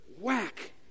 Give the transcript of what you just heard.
Whack